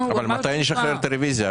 אבל מתי נשחרר את הרביזיה?